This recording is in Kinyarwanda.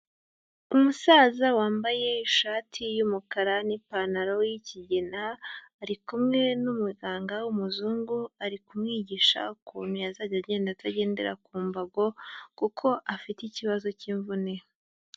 Umusaza wambaye ishati y’umukara n’ipantaro y’ikigina ari kumwe n’umuganga w'umuzungu, ari kumwigisha ukuntu yazajya agenda atagendera ku mbago kuko afite ikibazo cy'imvune.